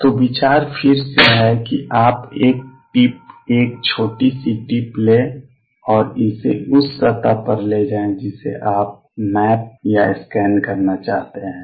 तो विचार फिर से है कि आप एक टिप एक छोटी सी टिप लें और इसे उस सतह पर ले जाएं जिसे आप मैप या स्कैन करना चाहते हैं